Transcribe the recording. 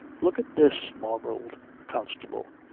look at this, marvelled the constable.